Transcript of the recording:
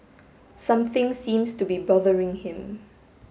something seems to be bothering him